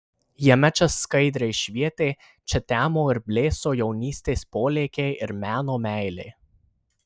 jame čia skaidriai švietė čia temo ir blėso jaunystės polėkiai ir meno meilė